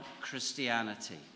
Christianity